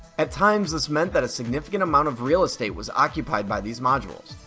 at times this meant that a significant amount of real estate was occupied by these modules.